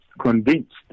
convinced